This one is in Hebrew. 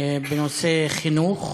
בנושא חינוך,